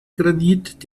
granit